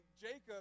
Jacob